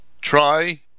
try